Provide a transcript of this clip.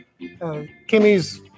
Kimmy's